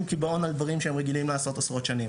קיבעון על דברים שהם רגילים לעשות עשרות שנים,